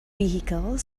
vehicle